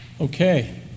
Okay